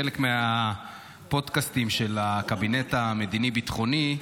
חלק מהפודקסטים של הקבינט המדיני-ביטחוני.